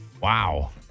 Wow